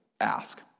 ask